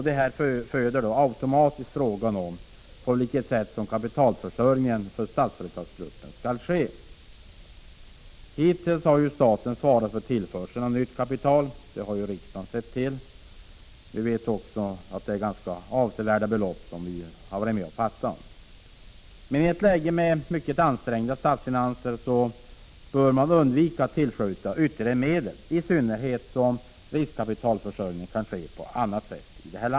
Detta föder automatiskt frågan på vilket sätt Statsföretagsgruppens kapitalförsörjning skall ske. Hittills har staten svarat för tillförseln av nytt kapital, det har riksdagen sett till. Vi vet också att det är ganska avsevärda belopp som vi har varit med och fattat beslut om. Men i ett läge med mycket ansträngda statsfinanser bör man undvika att tillskjuta ytterligare medel, i synnerhet som riskkapitalförsörjningen kan ske på annat sätt.